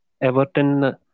Everton